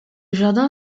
jardin